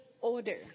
order